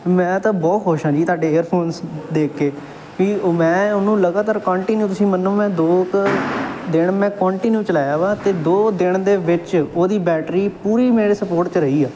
ਮੈਂ ਤਾਂ ਬਹੁਤ ਖੁਸ਼ ਹਾਂ ਜੀ ਤੁਹਾਡੇ ਏਅਰਫੋਨਸ ਦੇਖ ਕੇ ਭਈ ਮੈਂ ਉਹਨੂੰ ਲਗਾਤਾਰ ਕੰਟੀਨਿਊ ਤੁਸੀਂ ਮੰਨੋ ਮੈਂ ਦੋ ਕੁ ਦਿਨ ਮੈਂ ਕੰਟੀਨਿਊ ਚਲਾਇਆ ਵਾ ਅਤੇ ਦੋ ਦਿਨ ਦੇ ਵਿੱਚ ਉਹਦੀ ਬੈਟਰੀ ਪੂਰੀ ਮੇਰੇ ਸਪੋਰਟ 'ਚ ਰਹੀ ਆ